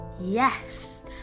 Yes